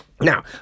Now